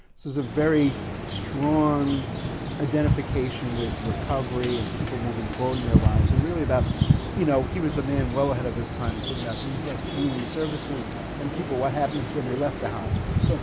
there's a very strong identification with recovery and people moving forward in their lives and really about you know, he was a man ahead of his time in talking about things like community services and people, what happens when they left the hospital. so